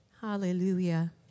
Hallelujah